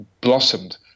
blossomed